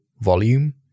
volume